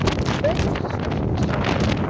it beggars description, miss shirley, ma'am.